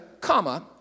comma